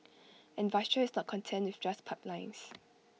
and Russia is not content with just pipelines